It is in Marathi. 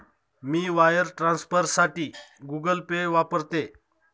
मी वायर ट्रान्सफरसाठी गुगल पे वापरते